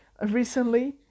recently